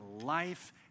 life